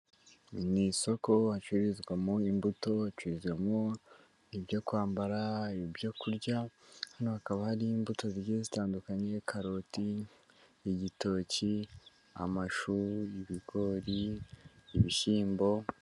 Ni isoko hacururizwamo imbuto, hacurujyamo ibyo kwambara, ibyokurya, hano hakaba hari imbuto zigiye zitandukanye, karoti, igitoki, amashu, ibigori, ibishyimbo.